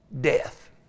death